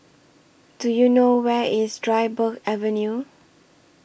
Do YOU know Where IS Dryburgh Avenue